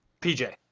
PJ